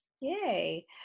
Yay